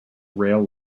rail